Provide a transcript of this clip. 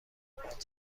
بچم، انقدر